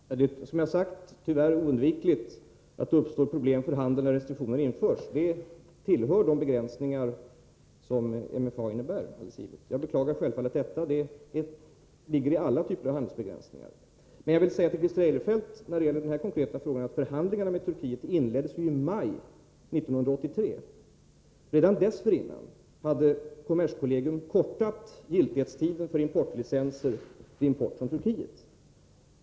Herr talman! Som jag har sagt är det tyvärr oundvikligt att det uppstår problem för handeln när restriktionerna införs. Det tillhör de begränsningar som MFA innebär. Jag beklagar självfallet detta, men det ligger i alla typer av handelsbegränsningar. Men när det gäller den här konkreta frågan — det vill jag säga till Christer Eirefelt — inleddes förhandlingarna med Turkiet i maj 1983. Redan dessförin nan hade kommerskollegium kortat giltighetstiden för importlicenser för Nr 105 import från Turkiet.